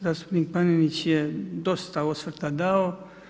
Zastupnik Panenić je dosta osvrta dao.